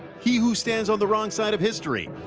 he who stands on the wrong side of history,